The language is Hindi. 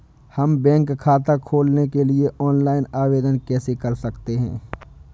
हम बैंक खाता खोलने के लिए ऑनलाइन आवेदन कैसे कर सकते हैं?